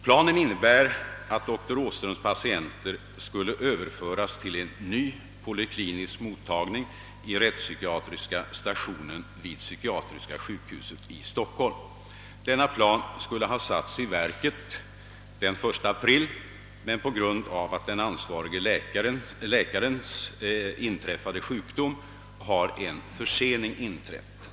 Planen innebär att doktor Åhströms patienter skall överföras till en ny poliklinisk mottagning i rättspsykiatriska stationen vid psykiatriska sjukhuset i Stockholm. Denna plan skulle ha satts i verket den 1 april, men på grund av den ansvarige läkarens inträffade sjukdom har en försening inträtt.